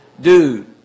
dude